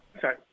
Sorry